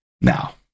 now